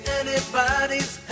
anybody's